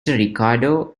ricardo